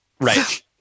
Right